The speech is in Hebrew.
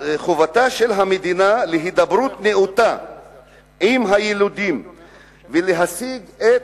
חובתה של המדינה לקיים הידברות נאותה עם הילידים ולהשיג את